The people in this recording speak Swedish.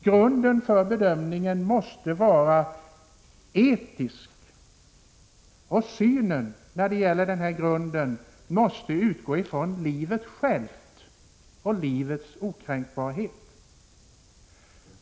Grunden för bedömningen måste vara etisk och synen på den grunden måste utgå från livet självt och livets okränkbarhet.